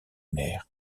mère